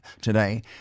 today